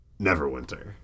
Neverwinter